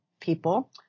people